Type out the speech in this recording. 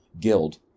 guild